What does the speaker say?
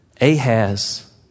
Ahaz